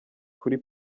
kuri